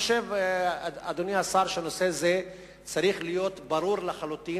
אדוני השר, נושא זה צריך להיות ברור לחלוטין.